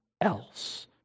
else